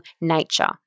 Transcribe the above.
nature